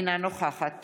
אינה נוכחת